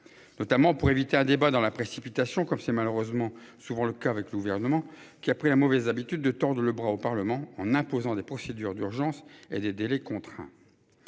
Notamment pour éviter un débat dans la précipitation, comme c'est malheureusement souvent le cas avec le gouvernement qui a pris la mauvaise habitude de tordre le bras au Parlement en imposant des procédures d'urgence et des délais contraints.